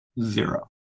Zero